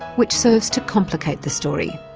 which serves to complicate the story.